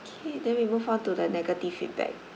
K then we move on to the negative feedback